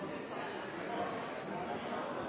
og det har selvfølgelig en